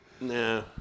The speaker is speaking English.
Nah